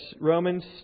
Romans